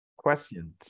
Questions